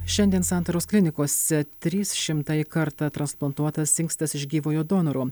šiandien santaros klinikose trysšimtąjį kartą transplantuotas inkstas iš gyvojo donoro